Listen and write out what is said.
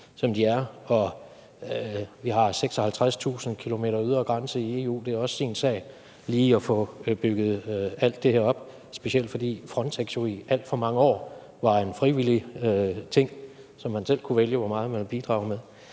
som de er, og vi har 56.000 km ydre grænse i EU, så det også sin sag lige at få bygget alt det her op, specielt fordi Frontex jo i alt for mange år var en frivillig ting, hvor man selv kunne vælge, hvor meget man ville bidrage med.